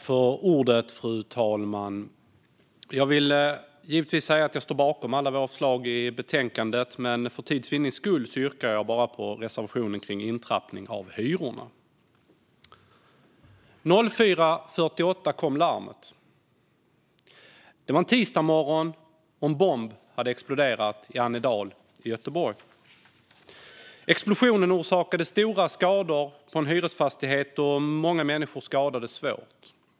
Fru talman! Jag vill säga att jag givetvis står bakom alla våra förslag i betänkandet, men för tids vinnande yrkar jag bifall bara till reservationen kring intrappning av hyror. Klockan 4.48 kom larmet. Det var en tisdagsmorgon, och en bomb hade exploderat i Annedal i Göteborg. Explosionen orsakade stora skador på en hyresfastighet, och många människor skadades svårt.